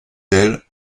telle